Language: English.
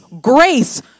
grace